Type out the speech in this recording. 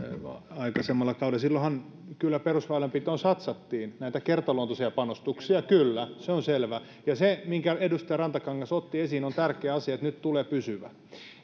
aikaisemmalla kaudella silloinhan kyllä perusväylänpitoon satsattiin näitä kertaluontoisia panostuksia kyllä se on selvä ja se minkä edustaja rantakangas otti esiin on tärkeä asia se että nyt tulee pysyvä